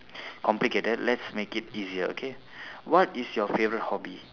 complicated let's make it easier okay what is your favourite hobby